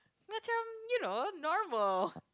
macam you know normal